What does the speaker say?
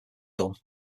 done